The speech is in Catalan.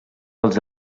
els